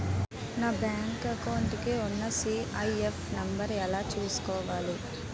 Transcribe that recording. నా bank account కి ఉన్న సి.ఐ.ఎఫ్ నంబర్ ఎలా చూసుకోవాలి?